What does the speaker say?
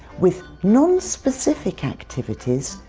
with non-specific activities,